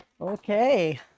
Okay